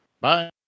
Bye